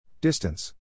Distance